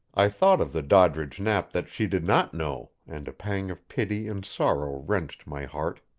i thought of the doddridge knapp that she did not know, and a pang of pity and sorrow wrenched my heart.